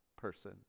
person